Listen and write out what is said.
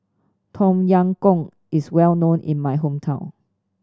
Tom Yam Goong is well known in my hometown